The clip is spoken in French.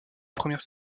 première